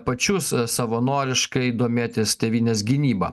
pačius savanoriškai domėtis tėvynės gynyba